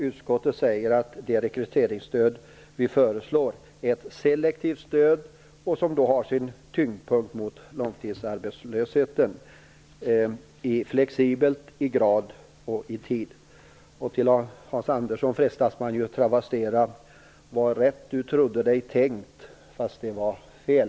Utskottet sade då att det rekryteringsstöd vi föreslår är ett selektivt stöd som har sin tyngdpunkt mot långtidsarbetslösheten och är flexibelt i grad och i tid. För Hans Andersson frestas man att travestera: Vad rätt du trodde dig tänkt, fast det var fel.